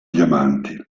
diamanti